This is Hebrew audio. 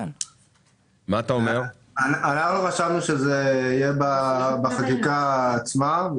חשבנו שנכון שזה יהיה בחקיקה עצמה,